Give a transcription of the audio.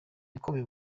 ikomeye